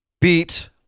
beat